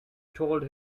told